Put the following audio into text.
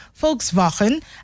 Volkswagen